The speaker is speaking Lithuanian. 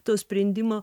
to sprendimo